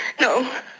No